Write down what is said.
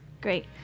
Great